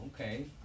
Okay